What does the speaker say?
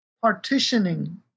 partitioning